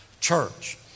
church